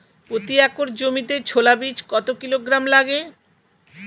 প্রতি একর জমিতে ছোলা বীজ কত কিলোগ্রাম লাগে?